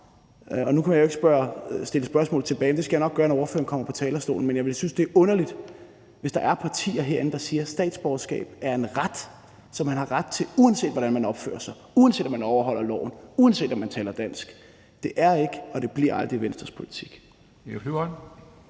Nu kan jeg jo ikke stille spørgsmål tilbage, men jeg skal nok spørge, når ordføreren kommer på talerstolen. Men jeg vil synes, det er underligt, hvis der er partier herinde, der siger, at statsborgerskab er en ret, som man har, uanset hvordan man opfører sig, uanset om man overholder loven, og uanset om man taler dansk. Det er ikke og det bliver aldrig Venstres politik.